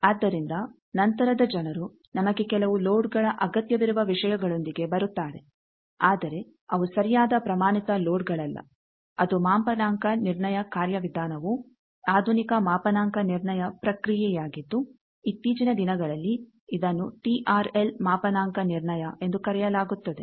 ಆದ್ದರಿಂದ ನಂತರದ ಜನರು ನಮಗೆ ಕೆಲವು ಲೋಡ್ ಗಳ ಅಗತ್ಯವಿರುವ ವಿಷಯಗಳೊಂದಿಗೆ ಬರುತ್ತಾರೆ ಆದರೆ ಅವು ಸರಿಯಾದ ಪ್ರಮಾಣಿತ ಲೋಡ್ಗಳಲ್ಲ ಅದು ಮಾಪನಾಂಕ ನಿರ್ಣಯ ಕಾರ್ಯವಿಧಾನವು ಆಧುನಿಕ ಮಾಪನಾಂಕ ನಿರ್ಣಯ ಪ್ರಕ್ರಿಯೆಯಾಗಿದ್ದು ಇತ್ತೀಚಿನ ದಿನಗಳಲ್ಲಿ ಇದನ್ನು ಟಿಆರ್ಎಲ್ ಮಾಪನಾಂಕ ನಿರ್ಣಯ ಎಂದು ಕರೆಯಲಾಗುತ್ತದೆ